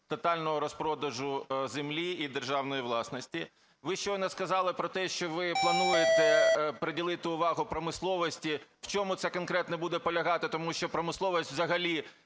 тотального розпродажу землі і державної власності? Ви щойно сказали про те, що ви плануєте приділити увагу промисловості. В чому ця конкретно буде полягати? Тому що промисловість взагалі